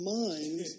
mind